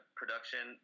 production